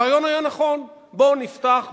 הרעיון היה נכון: בוא נפתח בפני,